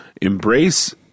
embrace